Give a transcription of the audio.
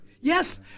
Yes